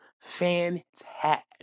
fantastic